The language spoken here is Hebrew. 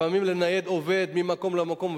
לפעמים לנייד עובד ממקום למקום,